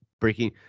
breaking